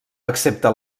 excepte